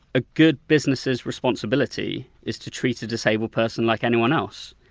a good business's responsibility is to treat a disabled person like anyone else.